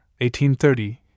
1830